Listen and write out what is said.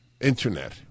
internet